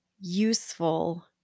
useful